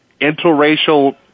interracial